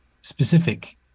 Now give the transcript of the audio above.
specific